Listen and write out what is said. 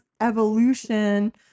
evolution